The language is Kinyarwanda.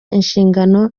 inshingano